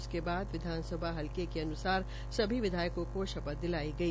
उसके बाद विधानसभा हलके के अनुसार सभी विधायकों को श्पथ दिलाई गई